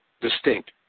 distinct